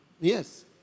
Yes